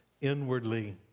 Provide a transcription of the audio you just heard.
inwardly